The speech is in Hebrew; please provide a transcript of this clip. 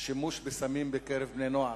שדנה בשימוש בסמים בקרב בני-נוער,